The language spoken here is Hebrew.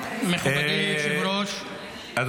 אני